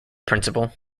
principle